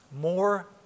More